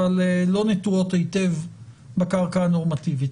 אבל לא נטועות היטב בקרקע הנורמטיבית.